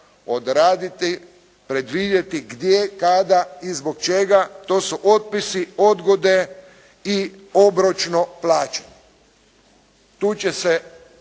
odraditi, predvidjeti gdje, kada i zbog čega, to su otpisi, odgode i obročno plaćanje. Tu će se